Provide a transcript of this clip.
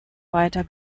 weiter